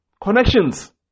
Connections